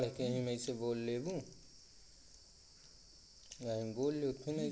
ग्राहकन के कर्जा प्रदान कइके आउर ब्याज लगाके करके पइसा कमाना हौ